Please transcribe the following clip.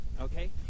okay